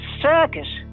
circus